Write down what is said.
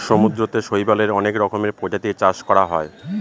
সমুদ্রতে শৈবালের অনেক রকমের প্রজাতির চাষ করা হয়